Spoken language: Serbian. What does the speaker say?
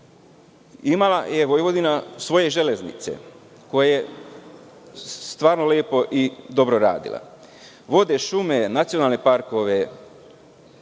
Imala je Vojvodina svoju železnicu koja je stvarno lepo i dobro radila, vode, šume, nacionalne parkove,